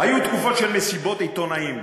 היו תקופות של מסיבות עיתונאים,